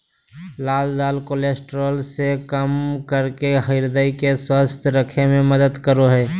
लाल दाल कोलेस्ट्रॉल के कम करके हृदय के स्वस्थ रखे में मदद करो हइ